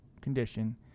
condition